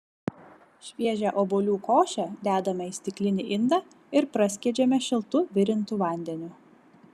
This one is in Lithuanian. šviežią obuolių košę dedame į stiklinį indą ir praskiedžiame šiltu virintu vandeniu